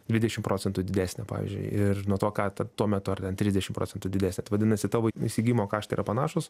dvidešim procentų didesnė pavyzdžiui ir nuo to ką ta tuo metu ar ten trisdešimt procentų didesnė tai vadinasi tavo įsigijimo kaštai yra panašūs